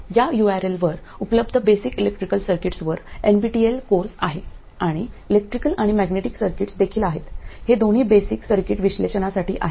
या युआरएल वर उपलब्ध बेसिक इलेक्ट्रिकल सर्किट्सवर एनपीटीईएल कोर्स आहे आणि इलेक्ट्रिकल आणि मॅग्नेटिक सर्किट्स देखील आहेत हे दोन्ही बेसिक सर्किट विश्लेषणासाठी आहेत